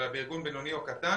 אלא בארגון בינוני או קטן